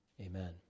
amen